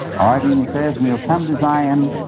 i mean he says, and shall come to zion,